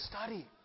study